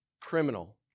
criminal